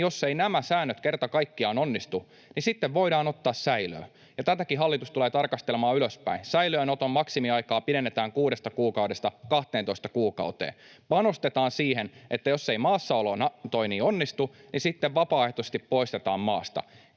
Jos eivät nämä säännöt kerta kaikkiaan onnistu, sitten voidaan ottaa säilöön, ja tätäkin hallitus tulee tarkastelemaan ylöspäin. Säilöönoton maksimiaikaa pidennetään kuudesta kuukaudesta 12 kuukauteen. Panostetaan siihen, että jos ei maassaolo onnistu, sitten vapaaehtoisesti poistetaan maasta.